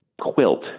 quilt